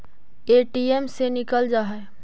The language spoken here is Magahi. ए.टी.एम से निकल जा है?